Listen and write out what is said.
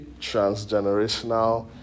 transgenerational